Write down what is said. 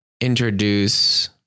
introduce